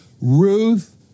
Ruth